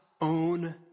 own